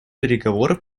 переговоров